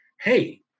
hey